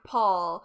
Paul